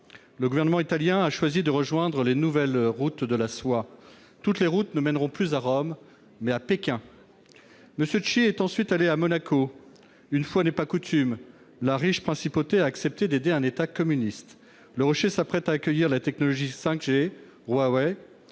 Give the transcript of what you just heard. Le gouvernement italien a choisi de rejoindre les nouvelles routes de la soie. Toutes les routes mèneront non plus à Rome, mais à Pékin. M. Xi est ensuite allé à Monaco. Une fois n'est pas coutume, la riche principauté a accepté d'aider un État communiste. Le rocher s'apprête à accueillir la technologie 5G de Huawei,